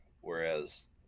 Whereas